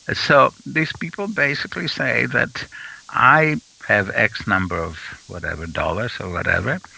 and so these people basically say that i have x number of whatever dollars or whatever,